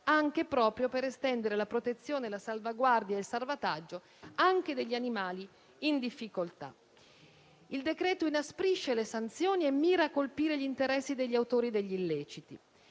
della formazione per estendere la protezione, la salvaguardia e il salvataggio anche degli animali in difficoltà. Il decreto inasprisce le sanzioni e mira a colpire gli interessi degli autori degli illeciti.